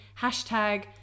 hashtag